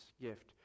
gift